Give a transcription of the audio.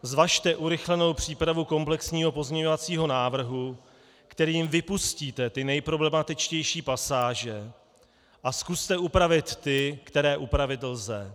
Zvažte urychlenou přípravu komplexního pozměňovacího návrhu, kterým vypustíte ty nejproblematičtější pasáže, a zkuste upravit ty, které upravit lze.